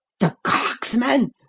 the cracksman!